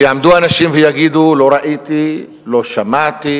ויעמדו אנשים ויגידו: לא ראיתי, לא שמעתי